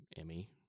Emmy